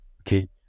okay